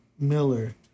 Miller